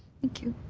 thank you.